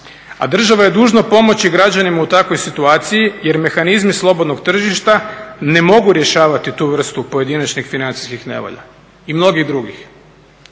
a država je dužna pomoći građanima u takvoj situaciji jer mehanizmi slobodnog tržišta ne mogu rješavati tu vrstu pojedinačnih financijskih nevolja i mnogih drugih.